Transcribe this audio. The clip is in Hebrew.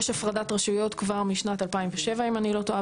יש הפרדת רשויות כבר משנת 2007 אם אני לא טועה,